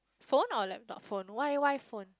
phone or laptop phone why why phone